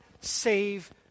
save